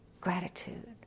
gratitude